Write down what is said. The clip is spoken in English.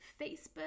Facebook